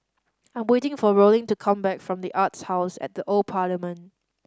I am waiting for Rollin to come back from The Arts House at the Old Parliament